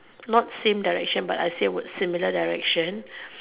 not same direction but I say would similar direction